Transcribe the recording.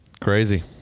crazy